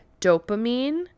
dopamine